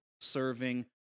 serving